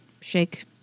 shake